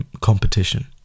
competition